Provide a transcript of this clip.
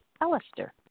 Alistair